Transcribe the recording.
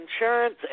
insurance